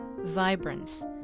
vibrance